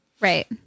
Right